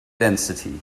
density